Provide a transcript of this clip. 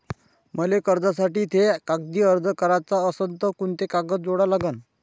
मले कर्जासाठी थे कागदी अर्ज कराचा असन तर कुंते कागद जोडा लागन?